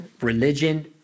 religion